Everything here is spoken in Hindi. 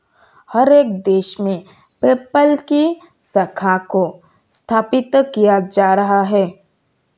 हर एक देश में पेपल की शाखा को स्थापित किया जा रहा है